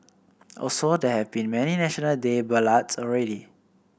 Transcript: also there have been many National Day ballads already